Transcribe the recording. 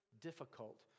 difficult